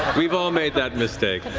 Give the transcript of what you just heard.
we've all made that mistake.